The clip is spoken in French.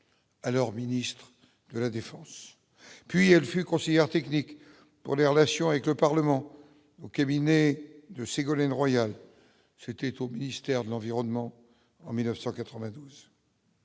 alors ministre de la Défense et puis elle fut conseillère technique pour les relations avec le Parlement, donc éliminé de Ségolène Royal s'était au ministère de l'environnement en 1992.